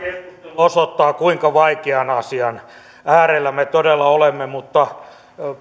osoittaa kuinka vaikean asian äärellä me todella olemme mutta